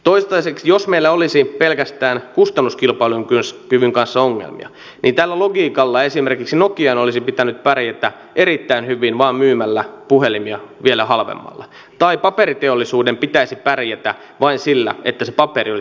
toistaiseksi jos meillä olisi pelkästään kustannuskilpailukyvyn kanssa ongelmia niin tällä logiikalla esimerkiksi nokian olisi pitänyt pärjätä erittäin hyvin vain myymällä puhelimia vielä halvemmalla tai paperiteollisuuden pitäisi pärjätä vain sillä että se paperi olisi pikkuisen halvempaa